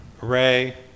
Ray